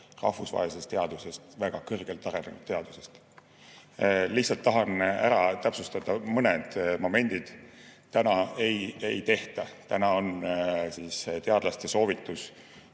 rahvusvahelisest teadusest, väga kõrgelt arenenud teadusest. Lihtsalt tahan ära täpsustada mõned momendid. Täna on teadlaste soovitus,